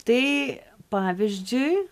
tai pavyzdžiui